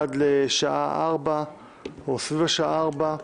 עד לשעה 16:00 או סביב השעה 16:00,